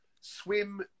swim